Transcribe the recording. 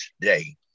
today